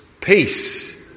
Peace